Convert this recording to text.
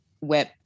web